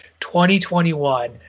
2021